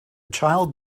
child